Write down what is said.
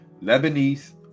Lebanese